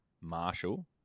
Marshall